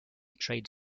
trade